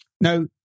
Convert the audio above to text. Now